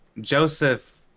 Joseph